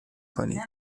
کنید